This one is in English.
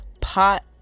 pot